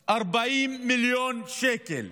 940 מיליון שקל,